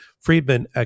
Friedman